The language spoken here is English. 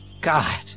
God